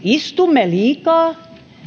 istumme liikaa